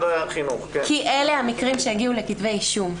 כי אלה המקרים שהגיעו לכתבי אישום,